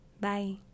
Bye